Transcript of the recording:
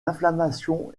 inflammation